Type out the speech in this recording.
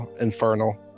infernal